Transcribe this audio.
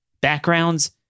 backgrounds